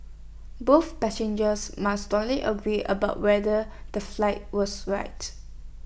both passengers must strongly agree about whether the flight was right